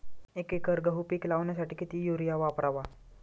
एक एकर गहू पीक लावण्यासाठी किती युरिया वापरावा?